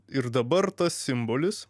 ir dabar tas simbolis